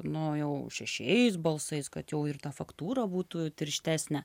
nu jau šešiais balsais kad jau ir ta faktūra būtų tirštesnė